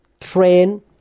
train